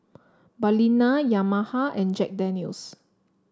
Balina Yamaha and Jack Daniel's